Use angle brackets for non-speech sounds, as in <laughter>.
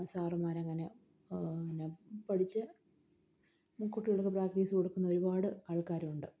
സാറുമാരങ്ങനെ പിന്നെ പഠിച്ച് <unintelligible> കുട്ടികൾക്ക് പ്രാക്ടീസ് കൊടുക്കുന്ന ഒരുപാട് ആൾക്കാരുണ്ട്